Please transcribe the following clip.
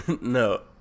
No